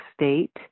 State